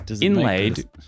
Inlaid